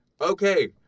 okay